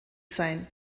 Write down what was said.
sein